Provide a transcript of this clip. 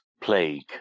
plague